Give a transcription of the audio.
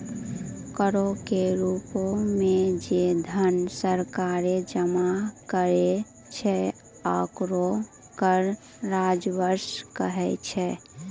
करो के रूपो मे जे धन सरकारें जमा करै छै ओकरा कर राजस्व कहै छै